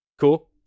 cool